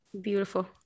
beautiful